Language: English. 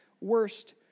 worst